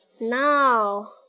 Now